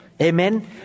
Amen